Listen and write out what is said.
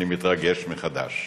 אני מתרגש מחדש.